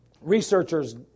researchers